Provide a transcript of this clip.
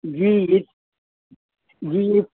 جی جی